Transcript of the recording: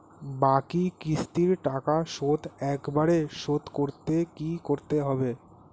বাকি কিস্তির টাকা শোধ একবারে শোধ করতে কি করতে হবে?